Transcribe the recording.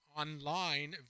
online